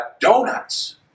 donuts